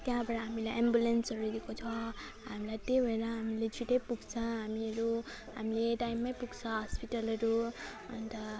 त्यहाँबाट हामीलाई एम्बुलेन्सहरू दिएको छ हामीलाई त्यही भएर हामीले छिटै पुग्छ हामीहरू हामी टाइममै पुग्छ हस्पिटलहरू अन्त